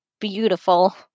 beautiful